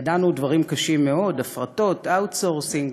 ידענו דברים קשים מאוד: הפרטות, outsourcing,